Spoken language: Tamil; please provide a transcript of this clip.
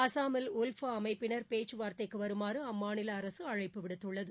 அஸ்ஸாமில் உல்ஃபா அமைப்பினர் பேச்சுவார்த்தைக்கு வருமாறு அம்மாநில அரசு அழைப்பு விடுத்துள்ளது